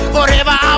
Forever